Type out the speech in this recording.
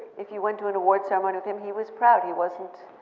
if you went to an award ceremony with him, he was proud. he wasn't.